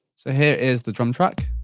so here is the drum track.